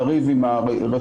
לריב עם הרשויות,